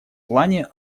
плане